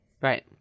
Right